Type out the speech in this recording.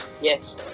Yes